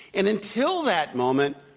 and until that moment,